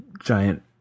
giant